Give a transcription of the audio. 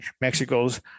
Mexico's